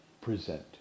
present